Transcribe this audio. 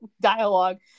dialogue